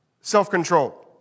self-control